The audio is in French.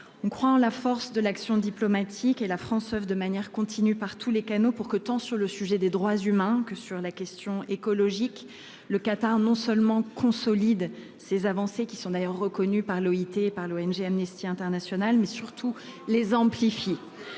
croyons en la force de l'action diplomatique et la France oeuvre de manière continue par tous les canaux pour que, tant sur le sujet des droits humains que sur la question écologique, le Qatar non seulement consolide ses avancées qui sont d'ailleurs reconnues par l'Organisation internationale du travail